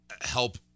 help